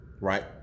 Right